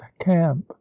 camp